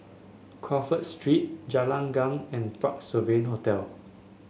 Crawford Street Jalan Gelegar and Parc Sovereign Hotel